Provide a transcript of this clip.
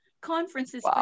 conferences